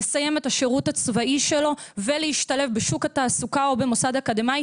לסיים את השירות הצבאי שלו ולהשתלב בשוק התעסוקה או במוסד אקדמי,